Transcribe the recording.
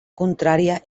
contrària